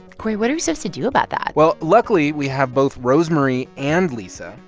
cory, what are we supposed to do about that? well, luckily, we have both rosemarie and lisa.